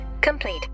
complete